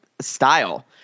style